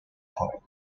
point